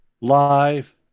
live